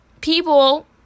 people